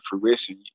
fruition